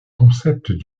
concept